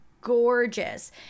gorgeous